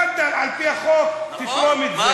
תפאדל, על-פי החוק תתרום את זה.